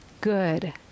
Good